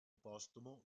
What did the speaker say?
postumo